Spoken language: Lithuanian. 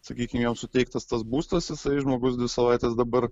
sakykim jam suteiktas tas būstas jisai žmogus dvi savaites dabar